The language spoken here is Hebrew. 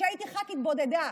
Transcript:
כשהייתי ח"כית בודדה,